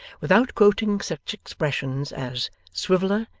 without quoting such expressions as swiveller,